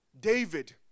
David